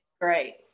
Great